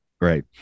Right